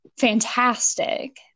fantastic